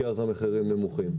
כי אז המחירים נמוכים.